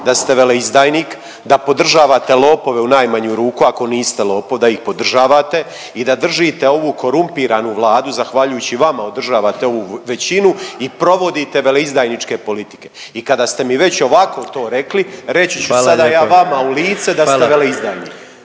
da ste veleizdajnik, da podržavate lopove u najmanju ruku ako niste lopovi, da ih podržavate i da držite ovu korumpiranu Vladu zahvaljujući vama održavate ovu većinu i provodite veleizdajničke politike. I kada ste mi već ovako to rekli reći ću sada ja vama u lice … …/Upadica